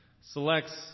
selects